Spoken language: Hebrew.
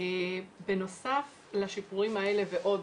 בנוסף לשיפורים אלה ועוד,